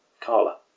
Carla